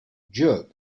jerk